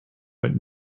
but